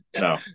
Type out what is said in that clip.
no